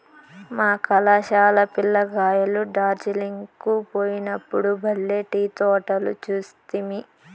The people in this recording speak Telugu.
మా కళాశాల పిల్ల కాయలు డార్జిలింగ్ కు పోయినప్పుడు బల్లే టీ తోటలు చూస్తిమి